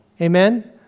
Amen